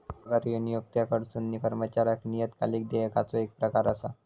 पगार ह्यो नियोक्त्याकडसून कर्मचाऱ्याक नियतकालिक देयकाचो येक प्रकार असा